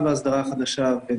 היוו